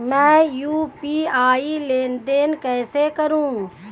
मैं यू.पी.आई लेनदेन कैसे करूँ?